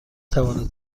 توانید